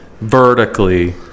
vertically